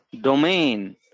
domain